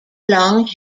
long